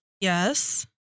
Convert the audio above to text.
Yes